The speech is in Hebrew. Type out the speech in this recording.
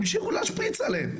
המשיכו להשפריץ עליהם.